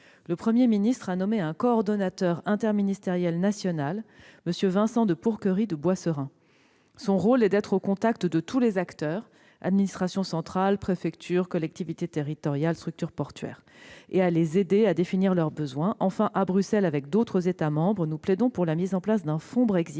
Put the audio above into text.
Le Premier ministre a nommé un coordonnateur interministériel national, M. Vincent de Pourquery de Boisserin, dont le rôle est d'être au contact de tous les acteurs- administrations centrales, préfectures, collectivités territoriales, structures portuaires -et de les aider à définir leurs besoins. Enfin, nous plaidons à Bruxelles, comme d'autres États membres, en faveur de la mise en place d'un « fonds Brexit